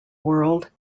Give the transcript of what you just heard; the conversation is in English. world